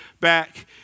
back